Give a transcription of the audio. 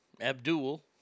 Abdul